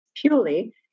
purely